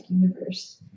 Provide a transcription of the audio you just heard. universe